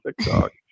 TikTok